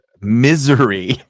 misery